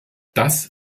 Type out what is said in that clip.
das